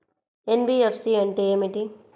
NBFC అంటే ఏమిటి?